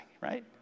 right